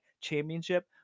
championship